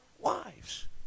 wives